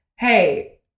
Hey